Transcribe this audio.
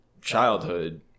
Childhood